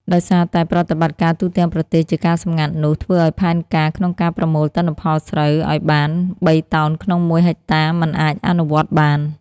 ដោយសារតែប្រតិបត្តិការទូទាំងប្រទេសជាការសម្ងាត់នោះ ធ្វើឱ្យផែនការក្នុងការប្រមូលទិន្នផលស្រូវឱ្យបាន បីតោនក្នុងមួយហិកតាមិនអាចអនុវត្តបាន។